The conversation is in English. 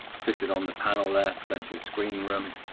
fitted on the panel there, plenty of screen room,